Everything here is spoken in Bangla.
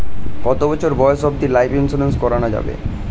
কতো বছর বয়স অব্দি লাইফ ইন্সুরেন্স করানো যাবে?